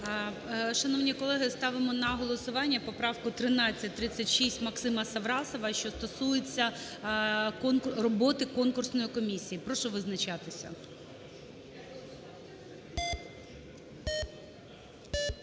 Шановні колеги, ставимо на голосування поправку 1336 Максима Саврасова, що стосується роботи конкурсної комісії. Прошу визначатися.